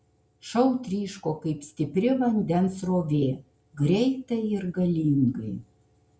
šou tryško kaip stipri vandens srovė greitai ir galingai